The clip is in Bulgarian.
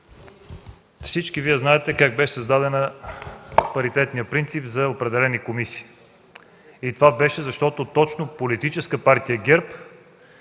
Всички Вие знаете как беше създаден паритетният принцип за определени комисии. Това беше, защото точно Политическа партия ГЕРБ